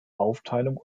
aufteilung